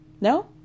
No